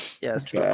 Yes